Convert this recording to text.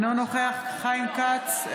אינו נוכח חיים כץ,